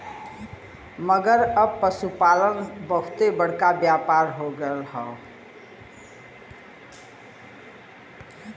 मगर अब पसुपालन बहुते बड़का व्यापार हो गएल हौ